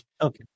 Okay